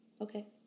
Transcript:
Okay